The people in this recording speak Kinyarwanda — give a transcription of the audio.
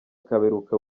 kaberuka